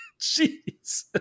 Jeez